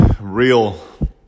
real